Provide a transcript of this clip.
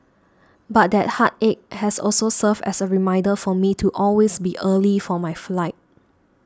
but that heartache has also served as a reminder for me to always be early for my flight